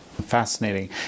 Fascinating